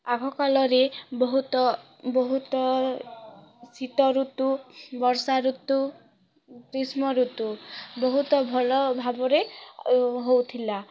ଆଗକାଳରେ ବହୁତ ବହୁତ ଶୀତଋତୁ ବର୍ଷାଋତୁ ଗ୍ରୀଷ୍ମଋତୁ ବହୁତ ଭଲ ଭାବରେ ହଉ ହଉଥିଲା